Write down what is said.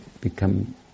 become